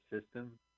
system